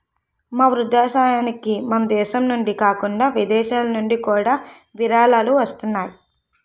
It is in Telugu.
మా వృద్ధాశ్రమానికి మనదేశం నుండే కాకుండా విదేశాలనుండి కూడా విరాళాలు వస్తున్నాయి